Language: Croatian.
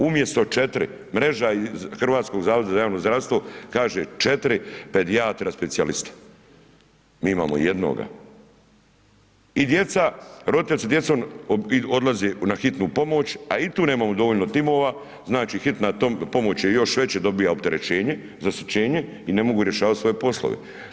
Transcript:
Umjesto 4 mreža Hrvatskog zavoda za javno zdravstvo, kaže 4 pedijatra specijalista, mi imamo 1. I djeca, roditelji sa djecom, odlaze na hitnu pomoć, a i tu nemamo dovoljno timova, znači hitna pomoć je još veće, dobija opterećenje, zaštićenije i ne mogu rješavati svoje poslove.